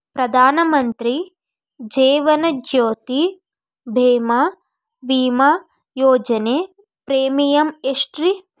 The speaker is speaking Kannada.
ಪ್ರಧಾನ ಮಂತ್ರಿ ಜೇವನ ಜ್ಯೋತಿ ಭೇಮಾ, ವಿಮಾ ಯೋಜನೆ ಪ್ರೇಮಿಯಂ ಎಷ್ಟ್ರಿ?